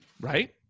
right